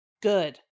Good